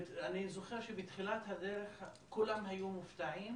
אני זוכר שבתחילת הדרך כולם היו מופתעים